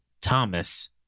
Thomas